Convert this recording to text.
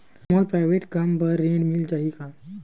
मोर private कम बर ऋण मिल जाही का?